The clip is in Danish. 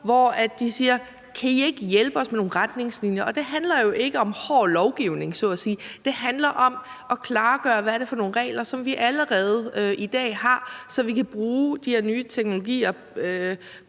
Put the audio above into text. skoler; de siger: Kan I ikke hjælpe os med nogle retningslinjer? Det handler jo ikke om hård lovgivning, så at sige. Det handler om at klargøre, hvad det er for nogle regler, som vi allerede i dag har, så vi kan bruge de her nye teknologier